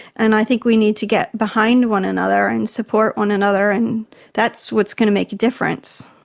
and i think we need to get behind one another and support one another, and that's what's going to make a difference.